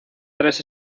tres